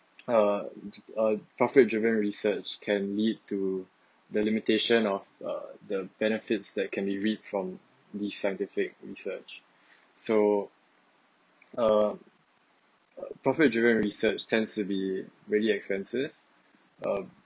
uh uh profit driven research can lead to the limitation of uh the benefits that can be read from these scientific research so uh profit driven research tends to be really expensive uh